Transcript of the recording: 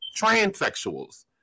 transsexuals